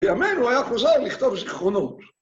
בימינו היה חוזר לכתוב זיכרונות.